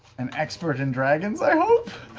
an expert in dragons i hope?